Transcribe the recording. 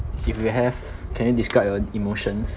if you have can you describe your emotions